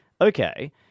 okay